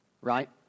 right